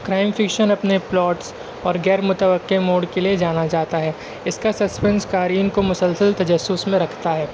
crime fiction اپنے plots اور غیرمتوقع موڈ کے لیے جانا جاتا ہے اس کا سسپینس قارئین کو مسلسل تجسس میں رکھتا ہے